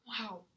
Wow